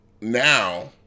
now